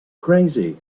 crazy